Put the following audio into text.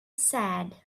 sad